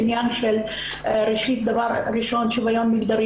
בעניין של דבר ראשון שוויון מגדרי